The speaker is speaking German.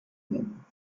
nehmen